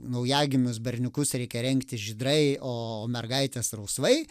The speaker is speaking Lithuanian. naujagimius berniukus reikia rengtis žydrai o mergaites rausvai